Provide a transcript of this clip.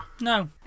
No